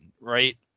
right